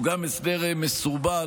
הוא גם הסדר מסורבל,